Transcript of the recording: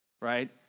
right